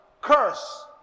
Curse